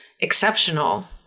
exceptional